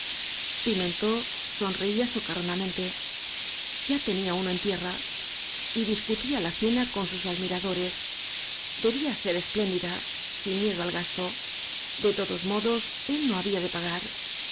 pimentó sonreía socarronamente ya tenía uno en tierra y discutía la cena con sus admi radores debía ser espléndida sin miedo al gasto de todos modos él no había de pagar